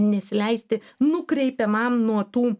nesileisti nukreipiamam nuo tų